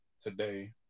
today